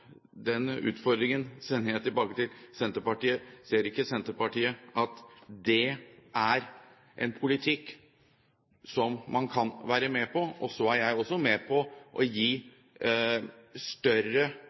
utfordringen sender jeg tilbake til Senterpartiet: Ser ikke Senterpartiet at det er en politikk som man kan være med på? Så er jeg også med på å